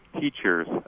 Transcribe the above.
teachers